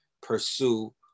pursue